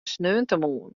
sneontemoarn